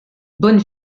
bonne